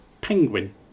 Penguin